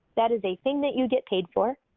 that is a thing that you get paid for.